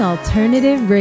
Alternative